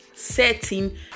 setting